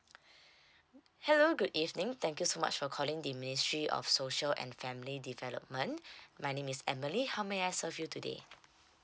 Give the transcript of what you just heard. hello good evening thank you so much for calling the ministry of social and family development my name is emily how may I serve you today